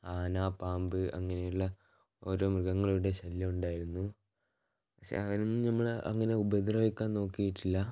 ആന പാമ്പ് അങ്ങനെയുള്ള ഓരോ മൃഗങ്ങളുടെ ശല്യം ഉണ്ടായിരുന്നു പക്ഷേ അവരൊന്നും നമ്മളെ അങ്ങനെ ഉപദ്രവിക്കാൻ നോക്കിയിട്ടില്ല